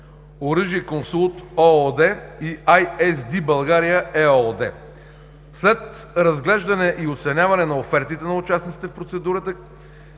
„Оръжие консулт“ ООД и „АйЕсДи България“ ЕООД. След разглеждане и оценяване на офертите на участниците в процедурата